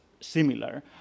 similar